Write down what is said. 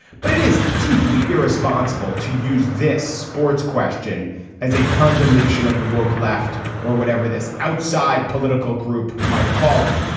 but it is deeply irresponsible to use this sports question as a condemnation of the woke left or whatever this outside political group might call it.